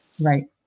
right